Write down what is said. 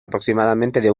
aproximadamente